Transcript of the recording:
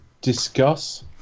discuss